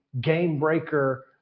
game-breaker